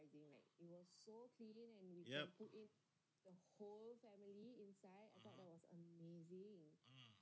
yup (uh huh) (uh huh)